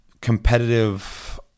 competitive